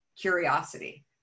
curiosity